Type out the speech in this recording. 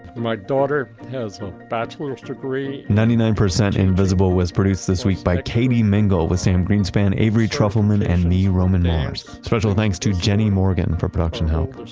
my daughter has a bachelor's degree ninety nine percent invisible was produced this week by katie mingle, with sam greenspan, avery trufelman and me, roman mars. special thanks to jenny morgan for production help.